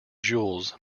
jules